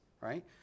right